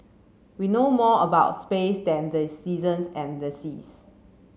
we know more about space than the seasons and the seas